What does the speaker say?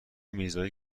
میرزایی